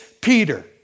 Peter